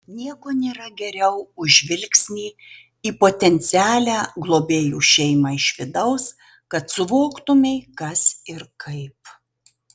nieko nėra geriau už žvilgsnį į potencialią globėjų šeimą iš vidaus kad suvoktumei kas ir kaip